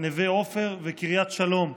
נווה עופר וקריית שלום.